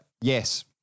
Yes